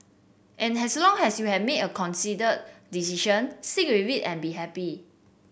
and as long as you have made a considered decision stick with it and be happy